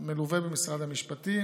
מלווה במשרד המשפטים.